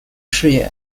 饰演